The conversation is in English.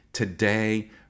Today